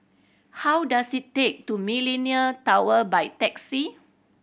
how does it take to Millenia Tower by taxi